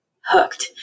hooked